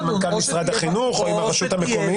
מנכ"ל משרד החינוך או עם הרשות המקומית?